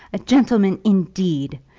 a gentleman, indeed!